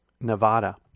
Nevada